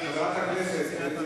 בכל נאום אתה מזכיר את הערבים בנגב.